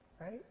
Right